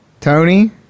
Tony